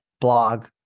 blog